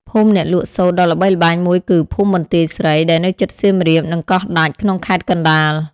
ភូមិអ្នកលក់សូត្រដ៏ល្បីល្បាញមួយគឺ ភូមិបន្ទាយស្រី ដែលនៅជិតសៀមរាប និង កោះដាច់ ក្នុងខេត្តកណ្តាល។